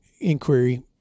inquiry